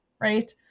right